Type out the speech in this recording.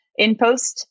InPost